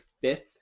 fifth